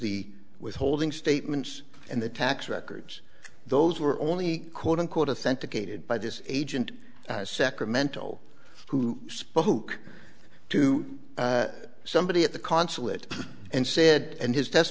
the withholding statements and the tax records those were only quote unquote authenticated by this agent sacramento who spoke to somebody at the consulate and said and his